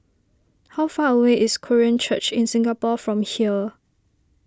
how far away is Korean Church in Singapore from here